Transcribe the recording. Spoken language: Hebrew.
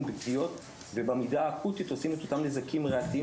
פגיעות ובמידה האקוטית הם עושים את אותם נזקים ריאתיים